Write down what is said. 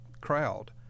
crowd